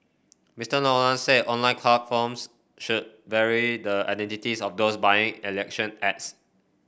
Mister Nolan said online platforms should very the identities of those buying election ads